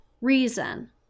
reason